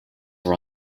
are